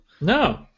No